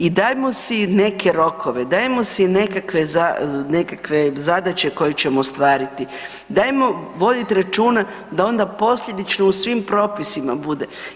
I dajmo si neke rokove, dajmo si nekakve zadaće koje ćemo ostvariti, dajmo voditi računa da onda posljedično u svim propisima bude.